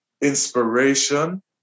inspiration